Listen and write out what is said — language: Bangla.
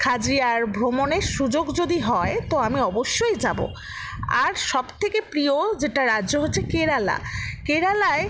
খাজিয়ার ভ্রমণের সুযোগ যদি হয় তো আমি অবশ্যই যাবো আর সব থেকে প্রিয় যেটা রাজ্য হচ্ছে কেরালা কেরালায়